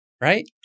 right